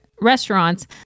restaurants